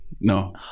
No